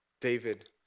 David